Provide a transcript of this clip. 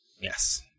Yes